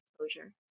exposure